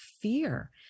fear